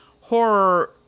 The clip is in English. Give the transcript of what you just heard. horror